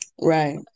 Right